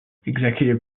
executive